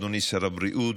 אדוני שר הבריאות,